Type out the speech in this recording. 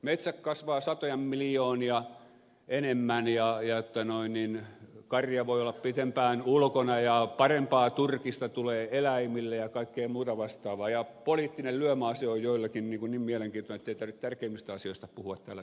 metsät kasvavat satoja miljoonia enemmän karja voi olla pitempään ulkona ja parempaa turkista tulee eläimille ja kaikkea muuta vastaavaa ja poliittinen lyömäase on joillekin niin mielenkiintoinen ettei tarvitse tärkeämmistä asioista puhua täällä sisäpoliittisesti